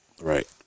Right